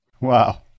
Wow